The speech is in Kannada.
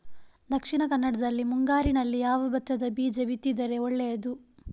ದಕ್ಷಿಣ ಕನ್ನಡದಲ್ಲಿ ಮುಂಗಾರಿನಲ್ಲಿ ಯಾವ ಭತ್ತದ ಬೀಜ ಬಿತ್ತಿದರೆ ಒಳ್ಳೆಯದು?